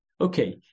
Okay